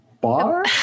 bar